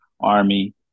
Army